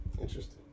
Interesting